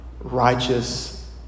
righteous